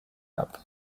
cup